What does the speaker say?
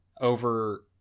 over